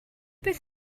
beth